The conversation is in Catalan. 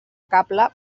cable